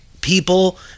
people